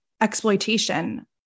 exploitation